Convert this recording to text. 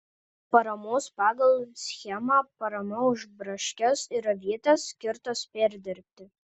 paramos pagal schemą parama už braškes ir avietes skirtas perdirbti